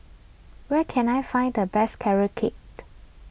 where can I find the best Carrot Cake